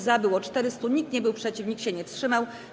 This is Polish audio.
Za było 400, nikt nie był przeciw, nikt się nie wstrzymał.